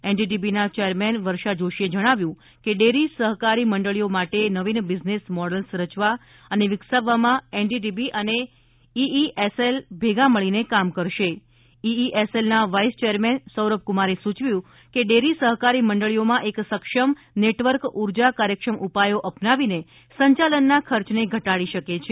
એનડીડીબીના chairman Varsha જોશીએ જણાવ્યું કે ડેરી સહકારી મંડળીઓ માટે નવીન બિઝનેસ મૉડલ્સ રચવા અને વિકસાવવામાં એનડીડીબી અને ઇઇએસએલ ભેગા મળીને કામ કરશે ઇઇએસએલના વાઇસ ચેરેમન સૌરભકુમારે સૂચવ્યું કે ડેરી સહકારી મંડળીઓનું એક સક્ષમ નેટવર્ક ઊર્જા કાર્યક્ષમ ઉપાયો અપનાવીને સંચાલનના ખર્ચને ઘટાડી શકે છે